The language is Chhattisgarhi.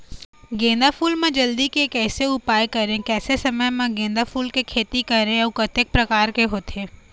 गेंदा फूल मा जल्दी के कैसे उपाय करें कैसे समय मा गेंदा फूल के खेती करें अउ कतेक प्रकार होथे?